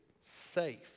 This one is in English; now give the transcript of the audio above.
safe